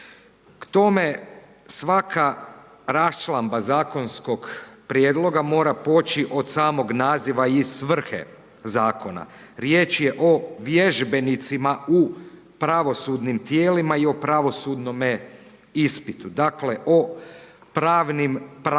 K tome svaka rasčlandba zakonskog prijedloga mora poći od samog naziva i svrhe zakona. Riječ je o vježbenicima u pravosudnim tijelima i o pravosudnome ispitu. Dakle, o pravnim praktičarima,